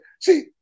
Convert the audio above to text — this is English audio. See